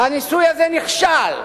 הניסוי הזה נכשל.